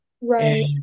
right